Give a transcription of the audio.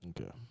Okay